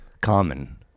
common